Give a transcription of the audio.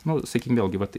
na sakykim vėlgi vat